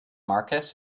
marcus